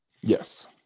Yes